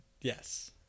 Yes